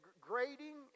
grading